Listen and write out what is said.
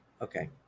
Okay